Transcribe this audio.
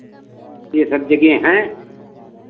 ये सब जगह हैं